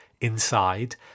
inside